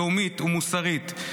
לאומית ומוסרית,